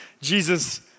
Jesus